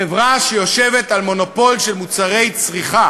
חברה שיושבת על מונופול של מוצרי צריכה.